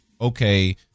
okay